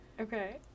Okay